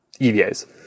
EVAs